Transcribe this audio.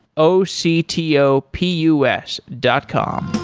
o c t o p u s dot com